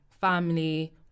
family